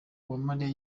uwamariya